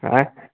अएँ